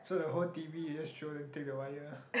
so the whole t_v you just throw then take the wire